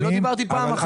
אני לא דיברתי פעם אחת.